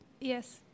Yes